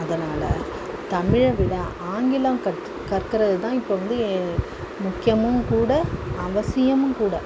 அதனால் தமிழை விட ஆங்கிலம் கற்கிறது தான் இப்போ வந்து முக்கியமும் கூட அவசியமும் கூட